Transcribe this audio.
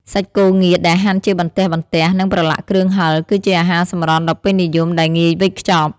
សាច់គោងៀតដែលហាន់ជាបន្ទះៗ និងប្រឡាក់គ្រឿងហិរ គឺជាអាហារសម្រន់ដ៏ពេញនិយមដែលងាយវេចខ្ចប់។